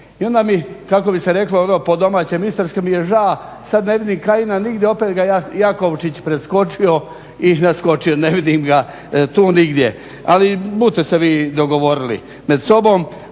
i onda mi kako bi se reklo ono po domaćem istarskom mi je ža, sad ne vidim Kajina nigdje, opet ga Jakovčić preskočio i naskočio, ne vidim ga tu nigdje, ali bute se vi dogovorili med sobom.